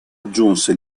aggiunse